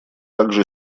также